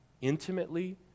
intimately